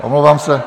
Omlouvám se.